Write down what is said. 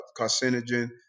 carcinogen